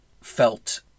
felt